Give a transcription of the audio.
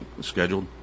scheduled